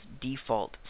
default